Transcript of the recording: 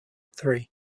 three